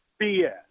BS